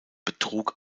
betrug